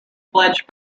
fledged